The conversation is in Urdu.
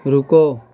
رکو